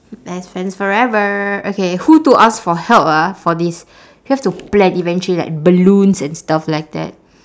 best friends forever okay who to ask for help ah for this we have to plan eventually like balloons and stuff like that